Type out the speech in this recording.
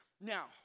Now